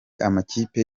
amakipe